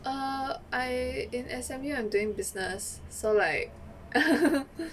err I in S_M_U I'm doing business so like